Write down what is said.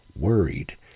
worried